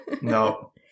no